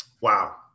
Wow